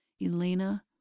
Elena